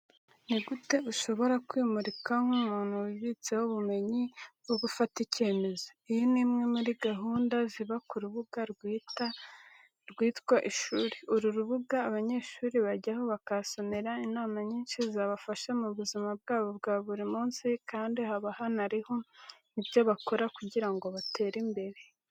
Ni gute ushobora kwimurika nk'umuntu wibitseho ubumenyi bwo gufata icyemezo? Iyi ni imwe muri gahunda ziba ku rubuga rwitwa ishuri. Uru rubuga abanyeshuri bajyaho bakahasomera inama nyinshi zabafasha mu buzima bwabo bwa buri munsi kandi haba hanariho ibyo bakora kugira ngo batere imbere.